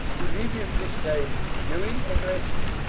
we'll leave you for this time. go in and rest.